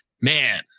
man